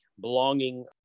belonging